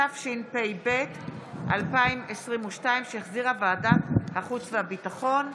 התשפ"ב 2022, שהחזירה ועדת החוץ והביטחון.